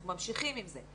אנחנו ממשיכים עם זה.